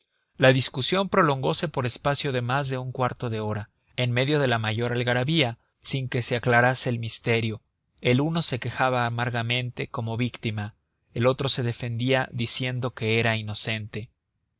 la discusión prolongose por espacio de más de un cuarto de hora en medio de la mayor algarabía sin que se aclarase el misterio el uno se quejaba amargamente como víctima el otro se defendía diciendo que era inocente